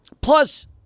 Plus